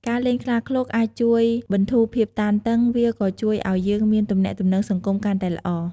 ការលេងខ្លាឃ្លោកអាចជួយបន្ធូរភាពតានតឹងវាក៏ជួយឱ្យយើងមានទំនាក់ទំនងសង្គមកាន់តែល្អ។